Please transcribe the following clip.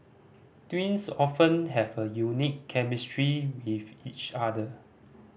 twins often have a unique chemistry with each other